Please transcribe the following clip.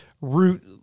root